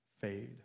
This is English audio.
fade